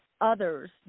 others